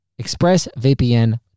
ExpressVPN